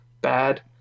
bad